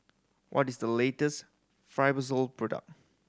what is the latest Fibrosol product